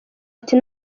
ati